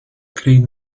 krieg